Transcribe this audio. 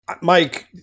Mike